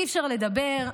אי-אפשר לדבר.